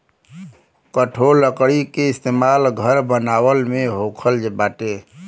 कठोर लकड़ी के इस्तेमाल घर बनावला में होखत बाटे